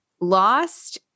lost